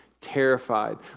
terrified